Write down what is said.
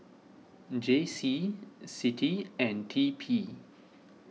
J C Citi and T P